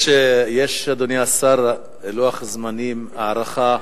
אדוני השר, יש לוח זמנים, הערכה,